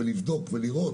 לבדוק ולראות